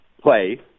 play